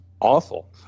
awful